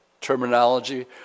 terminology